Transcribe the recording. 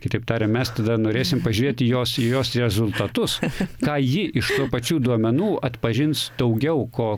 kitaip tarian mes tada norėsim pažiūrėt į jos į jos rezultatus ką ji iš tų pačių duomenų atpažins daugiau ko